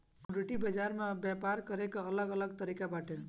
commodity बाजार में व्यापार करे के अलग अलग तरिका बाटे